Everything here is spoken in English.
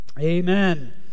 Amen